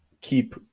keep